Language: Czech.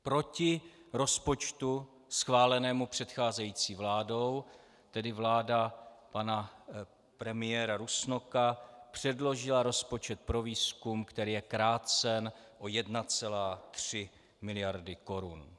Proti rozpočtu schválenému předcházející vládou tedy vláda pana premiéra Rusnoka předložila rozpočet pro výzkum, který je krácen o 1,3 mld. korun.